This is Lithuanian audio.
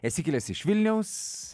esi kilęs iš vilniaus